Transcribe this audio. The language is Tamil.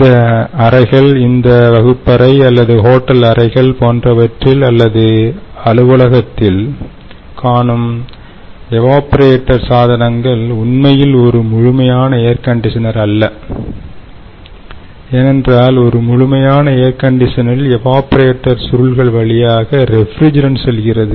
இந்த அறைகள் இந்த வகுப்பறை அல்லது ஹோட்டல் அறைகள் போன்றவற்றில் அல்லது அலுவலகத்தில்நாம் காணும் எவாப்பரேட்டர் சாதனங்கள் உண்மையில் ஒரு முழுமையான ஏர் கண்டிஷனர் அல்ல ஏனென்றால் முழுமையான ஏர் கண்டிஷனில் உள்ள எவாப்பரேட்டர் சுருள்கள் வழியாக ரெஃப்ரிஜிரண்ட் செல்கிறது